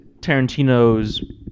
Tarantino's